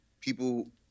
people –